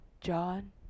John